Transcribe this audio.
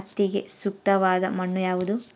ಹತ್ತಿಗೆ ಸೂಕ್ತವಾದ ಮಣ್ಣು ಯಾವುದು?